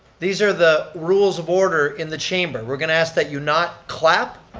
these are the rules of order in the chamber. we're going to ask that you not clap,